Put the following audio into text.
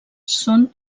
són